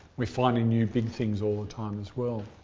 we're finding new big things all the time as well.